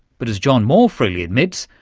but as john moore freely admits,